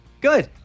good